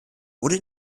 wurde